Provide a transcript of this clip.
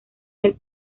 del